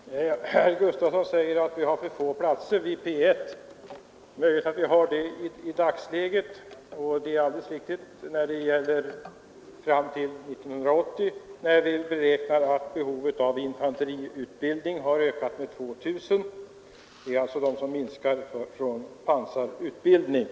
Herr talman! Herr Gustafsson i Uddevalla säger att vi har för få platser vid P 1. Det är möjligt att så är fallet i dagsläget och det är alldeles riktigt då det gäller tiden fram till 1980, när vi beräknar att behovet av infanteriutbildning har ökat med 2 000 värnpliktiga, alltså de som tidigare har fått pansarutbildning.